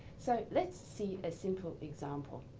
so let's see a simple example.